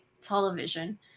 television